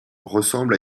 ressemble